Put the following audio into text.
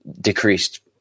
decreased